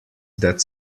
that